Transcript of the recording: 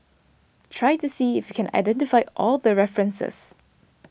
try to see if you can identify all the references